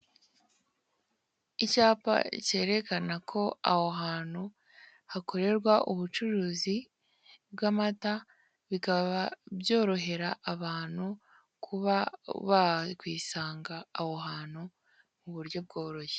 Icyapa kerekana ko aho hano hakorerwa ubucuruzi bw'amata, bikaba byorohera abantu kuba bakwisanga aho hantu mu buryo bworoshye.